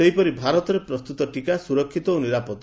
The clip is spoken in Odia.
ସେହିପରି ଭାରତରେ ପ୍ରସ୍ତତ ଟିକା ସୁରକ୍ଷିତ ଓ ନିରାପଦ